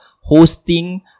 hosting